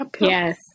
Yes